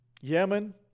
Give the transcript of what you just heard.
Yemen